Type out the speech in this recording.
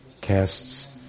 casts